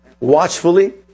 Watchfully